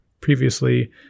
previously